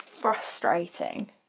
frustrating